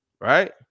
right